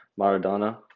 Maradona